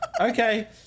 Okay